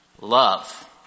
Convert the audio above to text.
Love